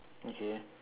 okay